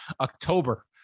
October